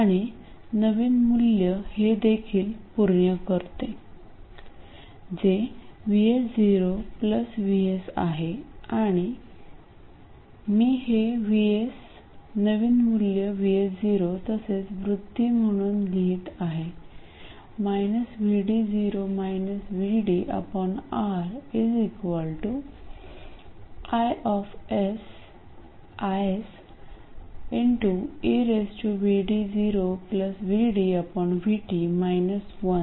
आणि नवीन मूल्य हे देखील पूर्ण करते जे VS0 vS आहे मी हे VS नवीन मूल्य VS0 तसेच वृध्दी म्हणून लिहित आहे R IS eVd0VdVt 1